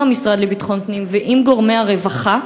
עם המשרד לביטחון פנים ועם גורמי הרווחה,